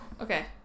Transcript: okay